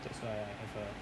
that's why I have a